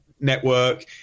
network